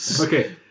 Okay